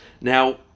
Now